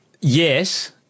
Yes